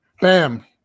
bam